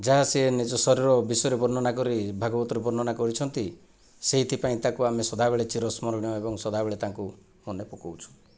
ଯାହା ସେ ନିଜ ଶରୀର ବିଷୟରେ ବର୍ଣନା କରି ଭାଗବତରେ ବର୍ଣନା କରିଛନ୍ତି ସେଇଥି ପାଇଁ ତାକୁ ଆମେ ସଦାବେଳେ ଚିର ସ୍ମରଣୀୟ ଏବଂ ସଦାବେଳେ ତାଙ୍କୁ ମନେ ପକାଉଛୁ